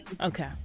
okay